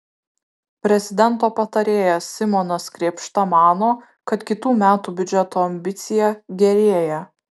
prezidento patarėjas simonas krėpšta mano kad kitų metų biudžeto ambicija gerėja